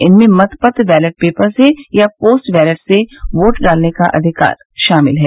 इनमें मतपत्र ballot paper से या पोस्ट बैलेट से वोट डालने का अधिकार शामिल है